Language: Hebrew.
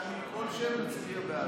אצביע בעד.